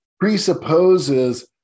presupposes